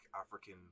African